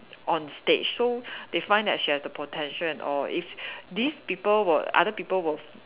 on stage so they find that she has the potential and all if these people were other people were